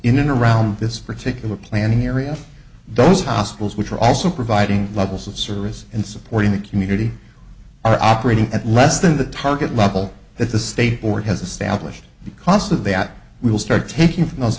and around this particular planning area for those hospitals which are also providing levels of service and support in the community are operating at less than the target level that the state board has established the cost of that we will start taking from those